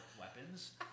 weapons